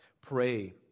Pray